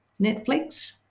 Netflix